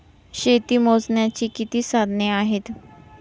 शेती मोजण्याची किती साधने आहेत?